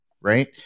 right